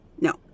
No